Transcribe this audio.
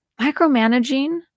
micromanaging